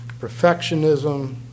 perfectionism